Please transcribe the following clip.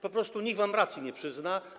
Po prostu nikt wam racji nie przyzna.